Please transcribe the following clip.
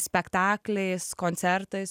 spektakliais koncertais